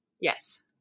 Yes